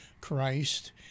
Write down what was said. Christ